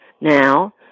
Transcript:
now